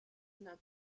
not